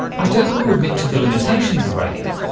i don't want to admit to the limitations of radio,